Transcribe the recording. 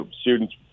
students